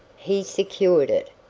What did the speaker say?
he secured it,